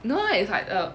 no lah it's like uh